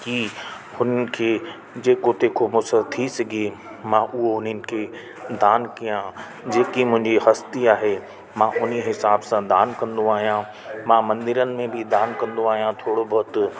की हुन खे जेको तेखो मूंसां थी सघे मां उहो उन्हनि खे दान कयां जेकी मुंहिंजी हस्ती आहे मां हुन हिसाब सां दान दान कंदो आहियां मंदरनि में बि दान कंदो आहियां थोरो बहोत